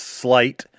slight